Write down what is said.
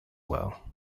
well